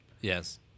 Yes